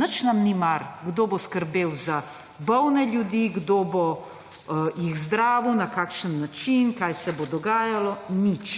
nič nam ni mar kdo bo skrbel za bolne ljudi, kdo jih bo zdravil, na kakšen način, kaj se bo dogajalo, nič.